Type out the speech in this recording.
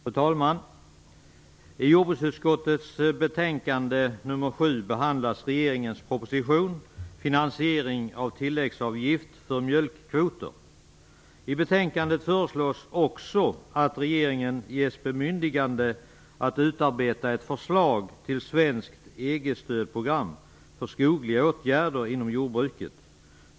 Fru talman! I jordbruksutskottets betänkande nr 7 behandlas regeringens proposition Finansiering av tilläggsavgift för mjölkkvoter. I betänkandet föreslås att regeringen ges bemyndigande att utarbeta ett förslag till svenskt EG-stödprogram för skogliga åtgärder inom jordbruket.